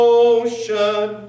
ocean